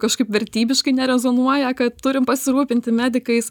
kažkaip vertybiškai nerezonuoja kad turim pasirūpinti medikais